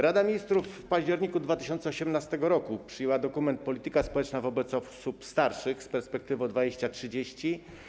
Rada Ministrów w październiku 2018 r. przyjęła dokument: Polityka społeczna wobec osób starszych z perspektywą 2030.